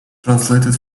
translated